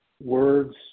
words